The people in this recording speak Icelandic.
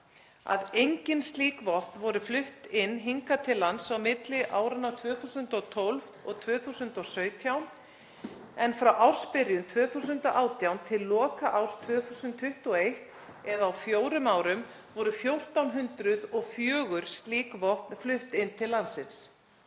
engin slík vopn flutt inn hingað til lands á milli áranna 2012 og 2017 en frá ársbyrjun 2018 til loka árs 2021, eða á fjórum árum, voru 1.404 slík vopn flutt inn til landsins.